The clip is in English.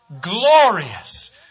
glorious